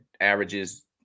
averages